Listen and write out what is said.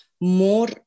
More